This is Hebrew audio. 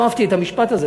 לא אהבתי את המשפט הזה.